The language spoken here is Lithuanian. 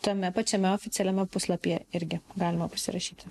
tame pačiame oficialiame puslapyje irgi galima pasirašyti